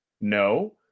no